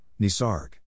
Nisarg